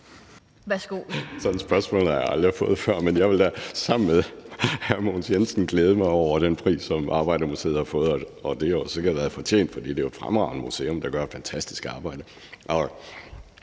(DF): Sådan et spørgsmål har jeg aldrig fået før, men jeg vil da sammen med hr. Mogens Jensen glæde mig over den pris, som Arbejdermuseet har fået, og det er sikkert fortjent, for det er jo et fremragende museum, der gør et fantastisk arbejde.